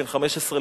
בן 15,